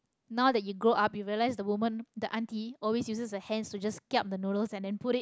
now that you grow up you realise that the woman the aunty always uses her hands to just kiap the noodles and then put it